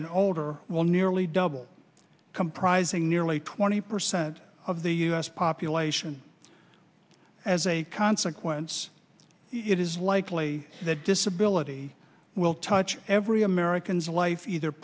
and older will nearly double comprising nearly twenty percent of the u s population as a consequence it is likely that disability will touch every american's life either